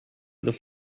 this